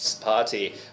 Party